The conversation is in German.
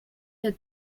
der